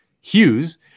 Hughes